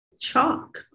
Chalk